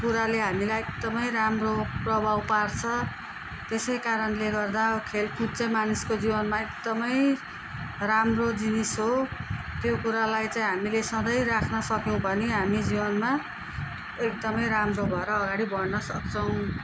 कुराले हामीलाई एकदमै राम्रो प्रभाव पार्छ त्यसै कारणले गर्दा खेलकुद चाहिँ मानिसको जीवनमा एकदमै राम्रो जिनिस हो त्यो कुरालाई चाहिँ हामीले सधैँ राख्न सक्यौँ भने हामी जीवनमा एकदमै राम्रो भर अगाडि बढ्न सक्छौँ